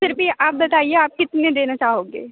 फिर भी आप बताइए आप कितने देना चाहोगे